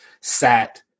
sat –